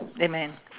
amen